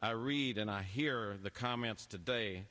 i read and i hear the comments today